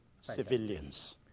civilians